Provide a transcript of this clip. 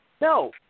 No